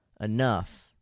enough